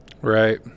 Right